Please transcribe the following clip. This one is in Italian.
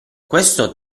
questo